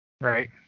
right